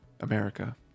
america